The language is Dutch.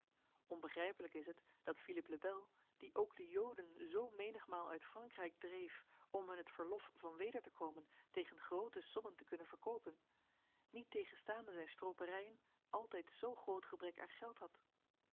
onbegrijpelijk is het dat philippe le bel die ook de joden zo menigmaal uit frankrijk dreef om hun het verlof van weder te komen tegen grote sommen te kunnen verkopen niettegenstaande zijn stroperijen altijd zo groot gebrek aan geld had